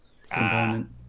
component